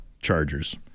Chargers